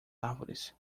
árvores